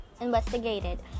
investigated